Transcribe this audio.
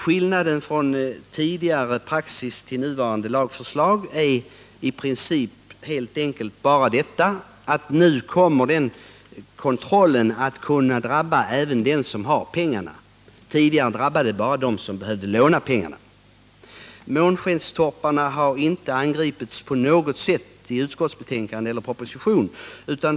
Skillnaden mellan tidigare praxis och nuvarande lagförslag är i princip bara att nu kommer kontrollen att kunna drabba även den som har pengarna — tidigare drabbade den bara den som behövde låna pengarna. Månskenstorparna har inte angripits på något sätt i utskottsbetänkande eller proposition.